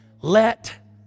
Let